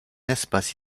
espace